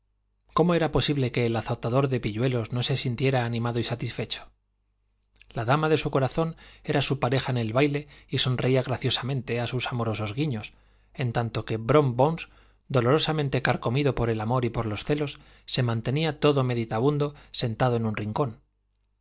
cómo era posible que el azotador de pilluelos no se sintiera animado y satisfecho la dama de su corazón era su pareja en el baile y sonreía graciosamente a sus amorosos guiños en tanto que brom bones dolorosamente carcomido por el amor y por los celos se mantenía todo meditabundo sentado en un rincón